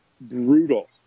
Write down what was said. brutal